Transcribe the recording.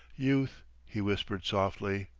youth! he whispered softly.